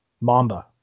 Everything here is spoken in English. mamba